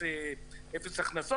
אפס הכנסות.